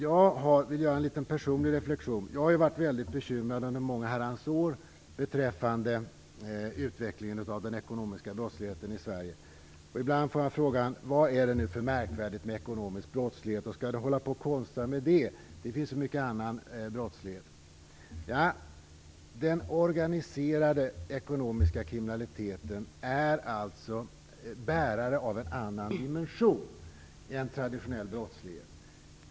Jag vill göra en personlig reflexion. I många herrans år har jag varit väldigt bekymrad över den ekonomiska brottslighetens utveckling i Sverige. Ibland får jag höra: Vad är det för märkvärdigt med ekonomisk brottslighet? Skall du hålla på och konstra med det? Det finns ju så mycket av annan brottslighet. Men den organiserade ekonomiska kriminaliteten är faktiskt bärare av en annan dimension jämfört med traditionell brottslighet.